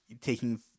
taking